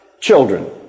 children